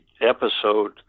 episode